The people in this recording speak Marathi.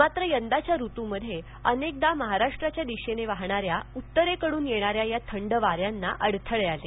मात्र यंदाच्या ऋतूमध्ये अनेकदा महाराष्ट्राच्या दिशेने वाहणा या उत्तरेकडून येणाऱ्या या थंड वाऱ्यांना अडथळे आले